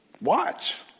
Watch